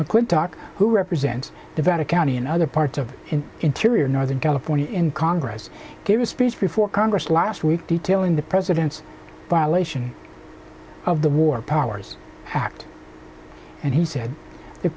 mcclintock who represents the vatican and other parts of the interior in northern california in congress gave a speech before congress last week detailing the president's violation of the war powers act and he said the